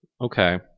okay